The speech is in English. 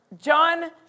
John